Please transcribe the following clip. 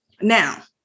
now